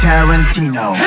Tarantino